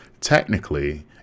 technically